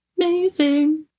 Amazing